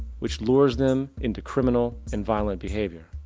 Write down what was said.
which lures them into criminal and violent behavior.